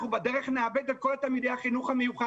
אנחנו בדרך נאבד את כל תלמידי החינוך המיוחד